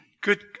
Good